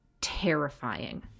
terrifying